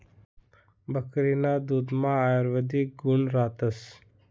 बकरीना दुधमा आयुर्वेदिक गुण रातस